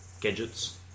gadgets